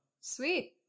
sweet